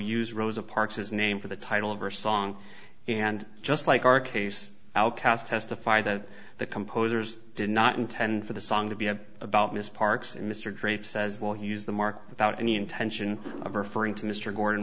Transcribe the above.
use rosa parks his name for the title of her song and just like our case outcast testify that the composers did not intend for the song to be about ms parks and mr draper says well he used the mark without any intention of referring to mr gordon